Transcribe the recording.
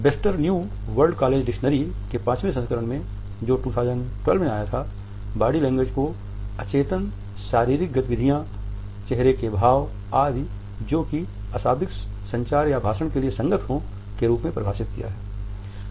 Webster new world college dictionary के पांचवे संस्करण में जो 2012 में आया था बॉडी लैंग्वेज को अचेतन शारीरिक गतिविधियाँ चेहरे के भाव आदि जो कि अशाब्दिक संचार या भाषण के लिए संगत हो" के रूप में परिभाषित किया गया है